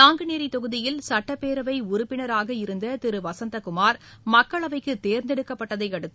நாங்குநேரி தொகுதியில் சுட்டப்பேரவை உறுப்பினராக இருந்த திரு வசந்தகுமார் மக்களவைக்கு தேர்ந்தெடுக்கப்பட்டதை அடுத்து